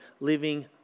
living